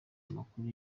amakuru